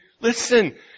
Listen